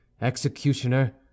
executioner